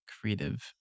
creative